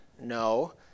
no